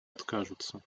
откажутся